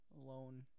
alone